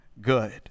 good